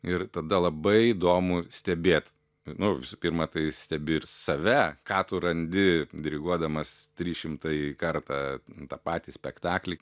ir tada labai įdomu stebėt nu visų pirma tai stebi ir save ką tu randi diriguodamas trys šimtąjį kartą tą patį spektaklį